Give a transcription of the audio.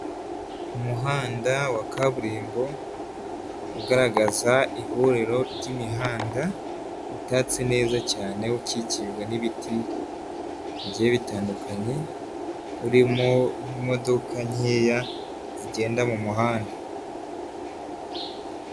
Umuhanda wa kaburimbo ugaragaza ihuriro ry'imihanda, utatse neza cyane, ukikijwe n'ibiti bigiye bitandukanye, uririmo imodoka nkeya zigenda mu muhanda.